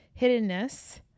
hiddenness